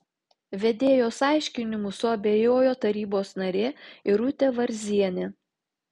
vedėjos aiškinimu suabejojo tarybos narė irutė varzienė